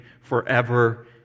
forever